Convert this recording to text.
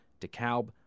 DeKalb